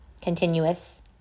continuous